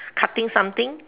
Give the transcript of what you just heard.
cutting something